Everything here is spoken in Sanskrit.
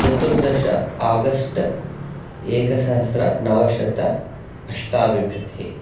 चतुर्दश आगस्ट् एकसहस्रनवशत अष्टाविंशतिः